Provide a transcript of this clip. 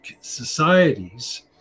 societies